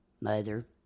mother